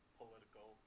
political